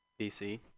BC